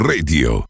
Radio